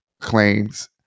claims